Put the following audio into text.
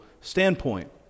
standpoint